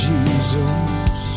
Jesus